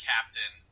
Captain